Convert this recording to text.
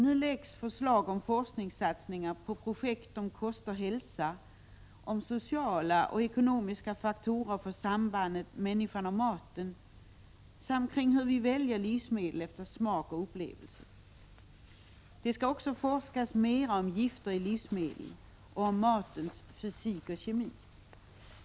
Nu läggs förslag om forskningssatsningar på projekt om kost och hälsa, om sociala och ekonomiska faktorer för sambandet människan och maten samt kring hur vi väljer livsmedel efter smak och upplevelser. Det skall också forskas mera om gifter i livsmedel och om matens fysik och kemi.